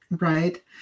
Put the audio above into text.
Right